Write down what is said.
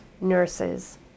nurses